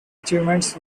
achievements